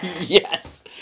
yes